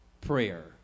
prayer